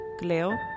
Gleo